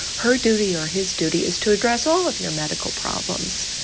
her duty or his duty is to address all of your medical problems.